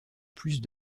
plus